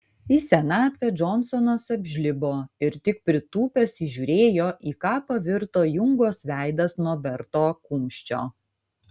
į senatvę džonsonas apžlibo ir tik pritūpęs įžiūrėjo į ką pavirto jungos veidas nuo berto kumščio